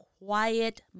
Quiet